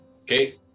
Okay